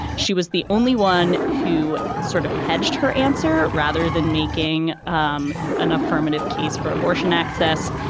she was the only one who sort of hedged her answer rather than making um an affirmative case for abortion access.